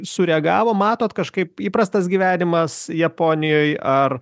sureagavo matot kažkaip įprastas gyvenimas japonijoj ar